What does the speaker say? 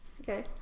Okay